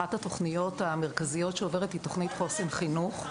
אחת התוכניות המרכזיות שעוברת היא תוכנית חוסן חינוך.